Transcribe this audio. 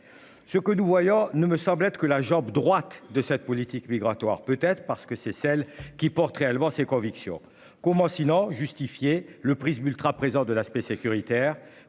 Ce que nous voyons ne me semble être que la jambe droite de cette politique migratoire peut-être parce que c'est celle qui porte réellement ses convictions comment sinon justifier le prisme ultra présent de l'aspect sécuritaire.